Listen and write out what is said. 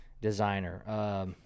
designer